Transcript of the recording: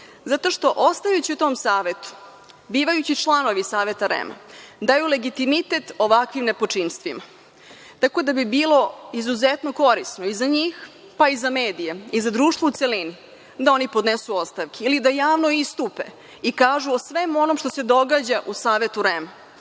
zato što ostajući u tom Savetu, bivajući članovi Saveta REM-a daju legitimitet ovakvim nepočinstvima. Tako da bi bilo izuzetno korisno i za njih, pa i za medije, i za društvo u celini da oni podnesu ostavke ili da javno istupe i kažu o svemu onome što se događa u Savetu REM-a. Kao